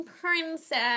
princess